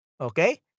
Okay